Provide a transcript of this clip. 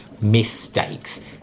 mistakes